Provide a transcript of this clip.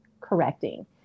correcting